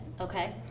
Okay